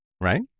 right